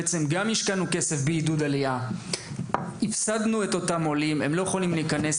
השקענו כסף בעידוד עלייה אבל הפסדנו את העולים כי הם לא יכולים להיכנס.